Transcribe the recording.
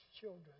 children